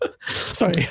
Sorry